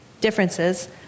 differences